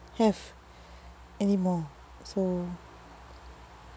have anymore so